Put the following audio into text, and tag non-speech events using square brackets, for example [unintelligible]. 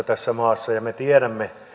[unintelligible] tässä maassa ja me tiedämme